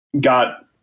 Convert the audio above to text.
Got